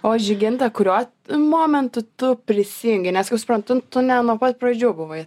o žyginta kuriuo momentu tu prisijungi nes kaip suprantu tu ne nuo pat pradžių buvai